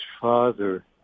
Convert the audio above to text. father